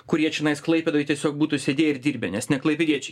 kurie čianais klaipėdoj tiesiog būtų sėdėję ir dirbę nes ne klaipėdiečiai